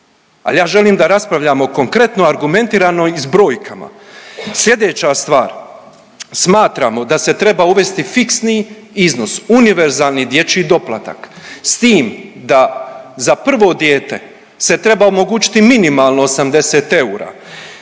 ali ja želim da raspravljamo konkretno, argumentirano i s brojkama. Sljedeća stvar smatramo da se treba uvesti fiksni iznos univerzalni dječji doplatak, s tim da za prvo dijete se treba omogućiti minimalno 80 eura,